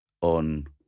on